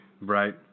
Right